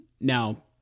now